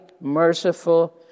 merciful